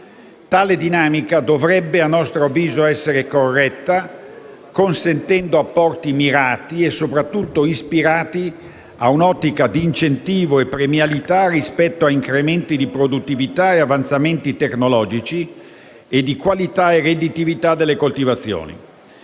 Tale dinamica dovrebbe, a nostro avviso, essere corretta consentendo apporti mirati e soprattutto ispirati a un'ottica di incentivo e premialità rispetto a incrementi di produttività e avanzamenti tecnologici e di qualità e redditività delle coltivazioni.